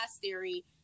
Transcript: theory